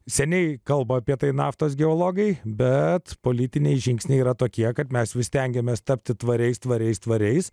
seniai kalba apie tai naftos geologai bet politiniai žingsniai yra tokie kad mes vis stengiamės tapti tvariais tvariais tvariais